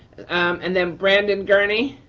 um and then brandon garney.